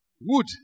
wood